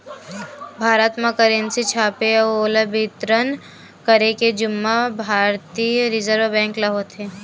भारत म करेंसी छापे अउ ओला बितरन करे के जुम्मा भारतीय रिजर्व बेंक ल होथे